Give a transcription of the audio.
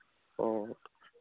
ꯑꯣ